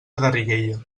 garriguella